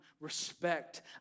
respect